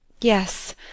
yes